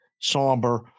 somber